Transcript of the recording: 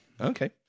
Okay